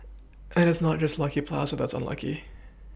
and it's not just lucky Plaza that's unlucky